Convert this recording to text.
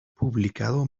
publicado